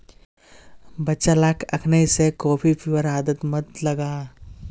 बच्चा लाक अखनइ स कॉफी पीबार आदत मत लगा